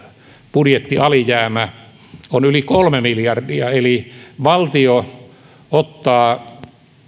budjettialijäämä on yli kolme miljardia eli valtio ottaa